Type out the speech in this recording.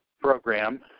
program